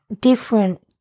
different